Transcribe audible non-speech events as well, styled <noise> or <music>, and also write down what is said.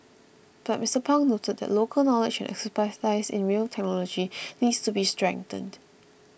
but Mister Pang noted that local knowledge and expertise in rail technology <noise> needs to be strengthened